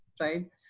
Right